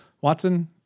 Watson